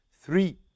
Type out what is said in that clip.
three